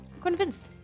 Convinced